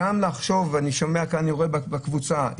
אני רואה בקבוצה,